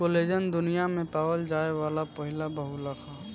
collagen दुनिया में पावल जाये वाला पहिला बहुलक ह